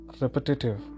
repetitive